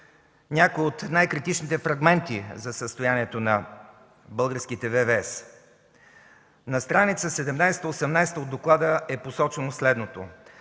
някои от най-критичните фрагменти за състоянието на българските Военновъздушни сили. На страница 17-18 от доклада е посочено следното: